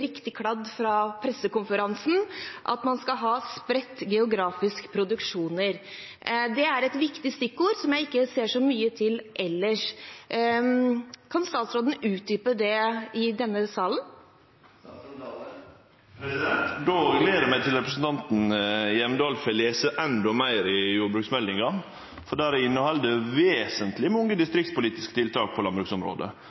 riktig kladd fra pressekonferansen, at man skal ha spredt geografisk produksjon. Det er viktige stikkord som jeg ikke ser så mye til ellers. Kan statsråden utdype det i denne sal? Då gler eg meg til representanten Hjemdal får lese enda meir i jordbruksmeldinga, for ho inneheld mange